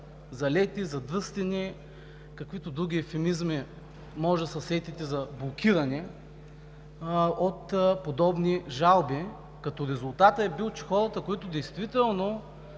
залети, задръстени, каквито други евфемизми може да се сетите за блокиране, от подобни жалби. Резултатът е бил, че хората, които действително